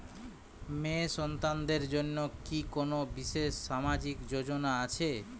মেয়ে সন্তানদের জন্য কি কোন বিশেষ সামাজিক যোজনা আছে?